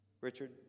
Richard